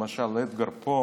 למשל אדגר אלן פו,